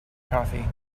coffee